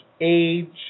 age